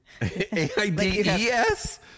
A-I-D-E-S